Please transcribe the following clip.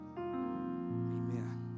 Amen